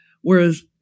whereas